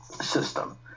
system